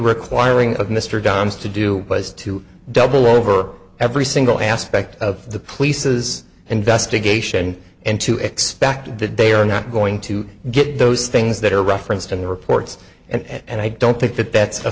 requiring of mr johns to do was to double over every single aspect of the police's investigation and to expect that they are not going to get those things that are referenced in the reports and i don't think that that's a